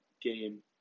game